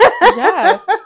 Yes